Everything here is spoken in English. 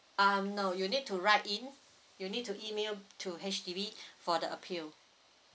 um no you need to write in you need to email to H_D_B for the appeal